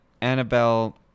Annabelle